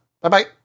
Bye-bye